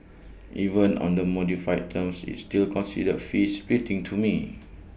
even on the modified terms it's still considered fee splitting to me